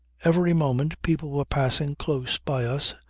every moment people were passing close by us,